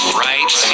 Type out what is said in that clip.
right